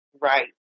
right